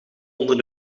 onder